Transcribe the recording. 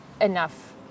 enough